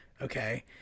okay